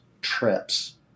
trips